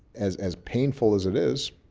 as as painful as it is,